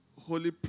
Holy